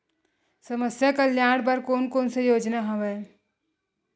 समस्या कल्याण बर कोन कोन से योजना हवय?